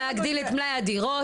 צריך להגדיל את מלאי הדירות,